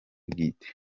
bwite